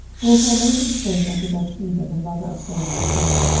wherefore nathan spake unto bathsheba the mother of solomon, saying,